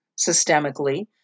systemically